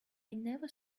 never